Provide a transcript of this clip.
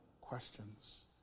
questions